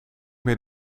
meer